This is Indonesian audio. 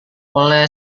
oleh